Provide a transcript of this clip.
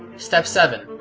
step seven.